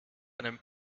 einem